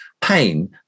pain